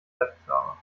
webserver